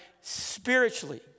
spiritually